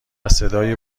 صدای